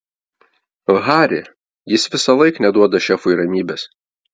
hari jis visąlaik neduoda šefui ramybės